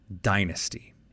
dynasty